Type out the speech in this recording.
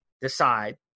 decide